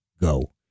Go